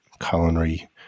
culinary